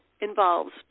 involves